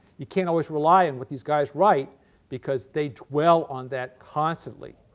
you can't always rely on what these guys write because they dwell on that constantly.